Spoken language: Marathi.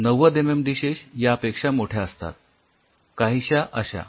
९० एमएम डिशेश यापेक्षा मोठ्या असतात काहीशा अश्या